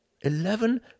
Eleven